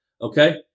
Okay